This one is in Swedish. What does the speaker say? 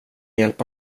hjälpa